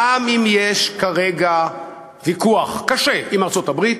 גם אם יש כרגע ויכוח קשה עם ארצות-הברית,